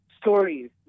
stories